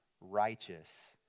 righteous